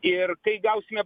ir kai gausime